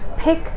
Pick